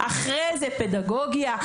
אחרי זה נעסוק בפדגוגיה,